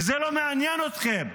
וזה לא מעניין אתכם,